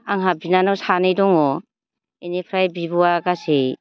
आंहा बिनानाव सानै दङ इनिफ्राय बिब'आ गासै